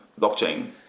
blockchain